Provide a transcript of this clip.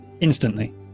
Instantly